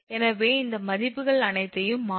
எனவே இந்த மதிப்புகள் அனைத்தையும் மாற்றவும்